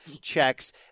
checks